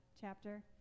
chapter